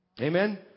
amen